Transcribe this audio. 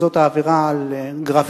שזאת העבירה של גרפיטי,